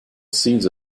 seeds